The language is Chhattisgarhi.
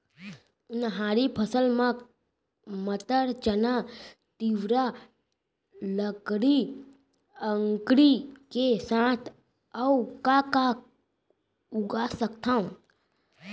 उनहारी फसल मा मटर, चना, तिंवरा, लाखड़ी, अंकरी के साथ अऊ का का उगा सकथन?